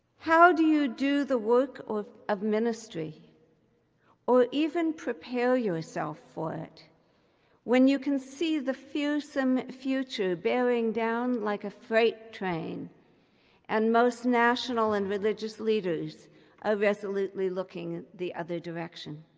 how do you do the work of ministry ministry or even prepare yourself for it when you can see the fearsome future bearing down like a freight train and most national and religious leaders are resolutely looking the other direction?